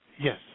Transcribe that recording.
Yes